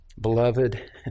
Beloved